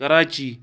Karachi